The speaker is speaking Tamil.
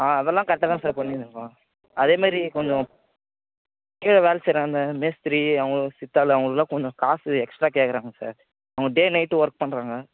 ஆ அதெல்லாம் கரெக்ட்டாக தான் சார் பண்ணிக்கிட்டு இருக்கோம் அதேமாரி கொஞ்சம் கீழ வேலை செய்யற அந்த மேஸ்த்திரி அவங்க சித்தால் அவங்களுக்குலாம் காசு எக்ஸ்ட்ரா கேட்குறாங்க சார் அவங்க டே நைட்டு ஒர்க் பண்ணுறாங்க